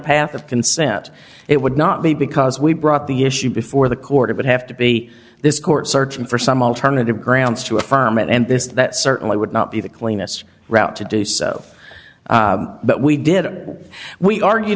path of consent it would not be because we brought the issue before the court it would have to be this court searching for some alternative grounds to affirm it and this that certainly would not be the cleanest route to do so but we did what we argue